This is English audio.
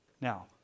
Now